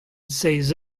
seizh